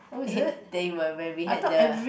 they were when we had the